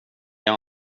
har